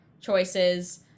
choices